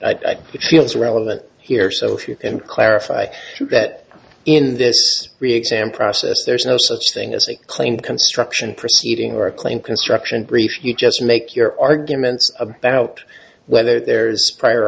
it feels relevant here so if you can clarify that in this re exam process there's no such thing as a claim construction proceeding or a claim construction brief you just make your arguments about whether there's a prior